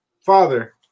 father